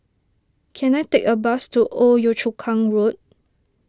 can I take a bus to Old Yio Chu Kang Road